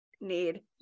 need